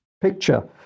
picture